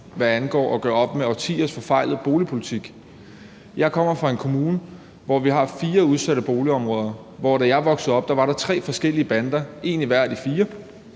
hvad angår at gøre op med årtiers forfejlede boligpolitik. Jeg kommer fra en kommune, hvor vi har fire udsatte boligområder, og hvor der, da jeg voksede op, var tre forskellige bander, en i hver af de